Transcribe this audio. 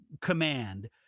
command